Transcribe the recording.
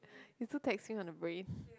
it's too taxing on the brain